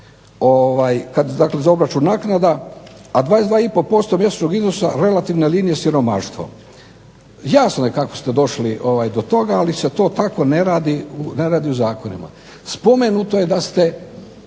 za obračun naknada, a 22 i pol posto mjesečnog iznosa relativne linije siromaštvo. Jasno je kako ste došli do toga, ali se to tako ne radi u zakonima. Spomenuto je da ste